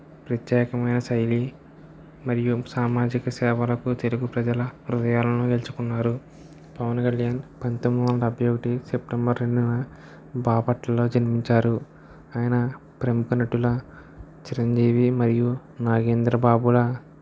ప్రత్యేకమైన శైలి మరియు సామాజిక సేవలకు తెలుగు ప్రజల హృదయాలను గెలుచుకున్నారు పవన్ కళ్యాణ్ పంతొమ్మిది వందల డెబ్బై ఒకటి సెప్టెంబర్ రెండున బాపట్లలలో జన్మించారు ఆయన ప్రముఖ నటుల చిరంజీవి మరియు నాగేంద్ర బాబులా